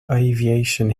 aviation